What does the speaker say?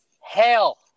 hell